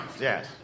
Yes